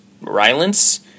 Rylance